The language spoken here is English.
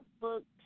booked